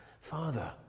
Father